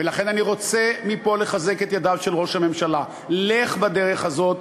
ולכן אני רוצה מפה לחזק את ידיו של ראש הממשלה: לך בדרך הזאת,